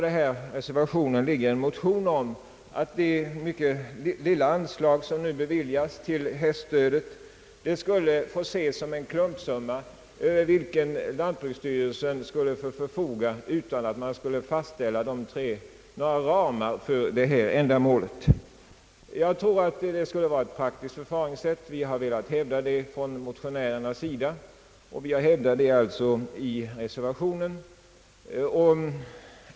Bakom reservationen ligger en motion om att det lilla anslag som nu beviljas till hästaveln skulle få ses som en klumpsumma, över vilken lantbruksstyrelsen skulle få förfoga, utan att riksdagen fastställer delramar för detta ändamål. Jag tror att det skulle vara ett praktiskt förfaringssätt — vi har velat hävda detta i motionen och i reservationen.